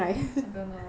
I don't know